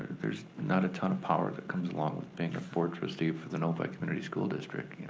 there's not a ton of power that comes along with being a board trustee for the novi community school district.